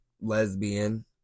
lesbian